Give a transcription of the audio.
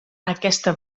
aquesta